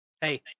Hey